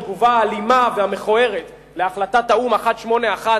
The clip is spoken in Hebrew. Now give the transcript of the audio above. התגובה האלימה והמכוערת על החלטת האו"ם 181